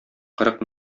кырык